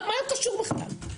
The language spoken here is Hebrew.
מה זה קשור בכלל?